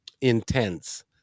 intense